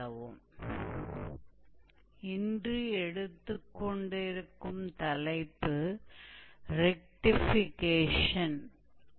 आज के एजेंडा में हमारा टॉपिक रेक्टिफिकेशन है